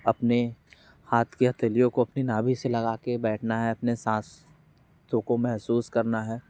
अपने हाथ की हथेलियों को अपनी नाभी से लगा के बैठना है अपने साँस सों को महसूस करना है